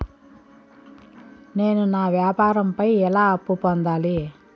నేను నా వ్యాపారం పై ఎలా అప్పు పొందాలి?